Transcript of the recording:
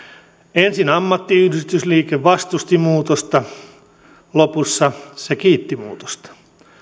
ensin ammattiyhdistysliike vastusti muutosta lopussa se kiitti muutosta